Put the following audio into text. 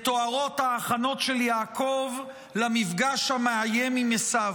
מתוארות ההכנות של יעקב למפגש המאיים עם עשו.